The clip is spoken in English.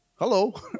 Hello